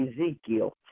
Ezekiel